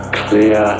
clear